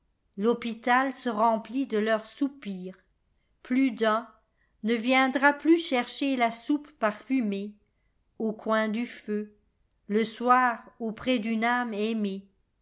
l'hôpital se remplit de leurs soupirs plus d'un ne viendra plus chercher la soupe parfumée au coin du feu le soir auprès d'une âme aimée